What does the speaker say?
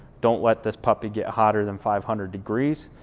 don't let this puppy get hotter than five hundred degrees.